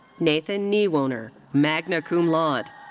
nathan niewoehner, magna cum laude.